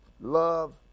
love